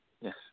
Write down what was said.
Yes